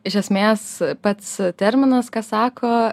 iš esmės pats terminas ką sako